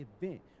event